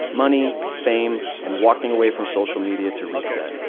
money, fame, and walking away from social media to reset.